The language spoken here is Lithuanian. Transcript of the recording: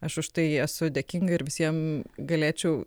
aš už tai esu dėkinga ir visiem galėčiau